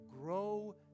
grow